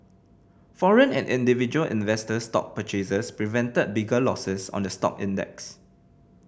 foreign and individual investor stock purchases prevented bigger losses on the stock index